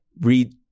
read